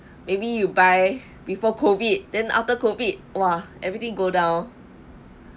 maybe you buy before COVID then after COVID !wah! everything go down